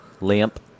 Lamp